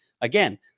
Again